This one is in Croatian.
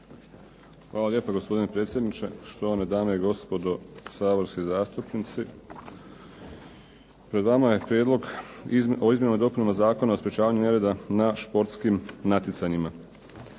Hvala lijepa gospodine predsjedniče, dame i gospodo zastupnici. Pred vama je Prijedlog o izmjenama i dopunama Zakona o sprečavanju nereda na športskim natjecanjima.